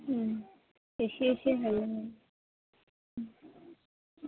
इसे इसे हायोमोन